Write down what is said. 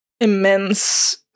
immense